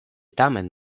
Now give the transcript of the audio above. tamen